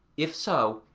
if so,